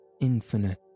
Infinite